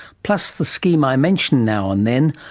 plus the scheme i mention now and then,